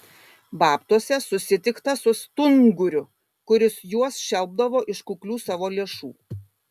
babtuose susitikta su stunguriu kuris juos šelpdavo iš kuklių savo lėšų